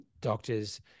doctors